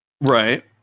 Right